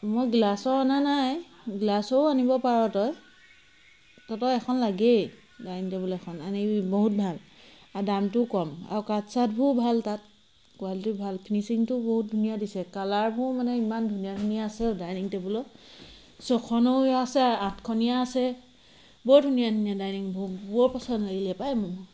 মই গ্লাছৰ অনা নাই গ্লাছৰো আনিব পাৰ তই তহঁতক এখন লাগেই ডাইনিং টেবুল এখন আনিবি বহুত ভাল আৰু দামটোও কম আৰু কাঠ চাঠবোৰো ভাল তাত কোৱালিটি ভাল ফিনিচিংটোও বহুত ধুনীয়া দিছে কালাৰবোৰ মানে ইমান ধুনীয়া ধুনীয়া আছে অ' ডাইনিং টেবুলৰ ছখনীয়াও আছে আঠখনীয়া আছে বৰ ধুনীয়া ধুনীয়া ডাইনিংবোৰ বৰ পচন্দ লাগিলে পাই মোৰ